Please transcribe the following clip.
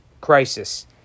crisis